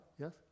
yes